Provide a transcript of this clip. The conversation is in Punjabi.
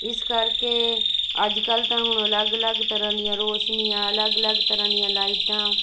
ਇਸ ਕਰਕੇ ਅੱਜ ਕੱਲ੍ਹ ਤਾਂ ਹੁਣ ਅਲੱਗ ਅਲੱਗ ਤਰ੍ਹਾਂ ਦੀਆਂ ਰੋਸ਼ਨੀਆਂ ਅਲੱਗ ਅਲੱਗ ਤਰ੍ਹਾਂ ਦੀਆਂ ਲਾਈਟਾਂ